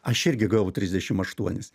aš irgi gavau trisdešim aštuonis